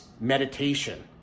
meditation